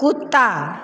कुत्ता